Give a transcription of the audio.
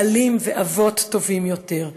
בעלים ואבות טובים יותר,